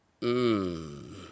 Mmm